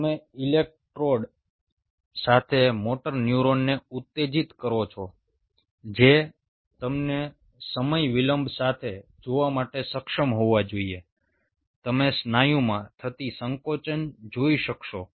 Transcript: તમે ઇલેક્ટ્રોડ સાથે મોટર ન્યુરોનને ઉત્તેજિત કરો છો જે તમને સમય વિલંબ સાથે જોવા માટે સક્ષમ હોવા જોઈએ તમે સ્નાયુમાં થતી સંકોચન જોઈ શકશો